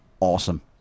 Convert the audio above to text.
Awesome